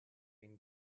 been